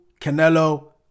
Canelo